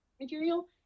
material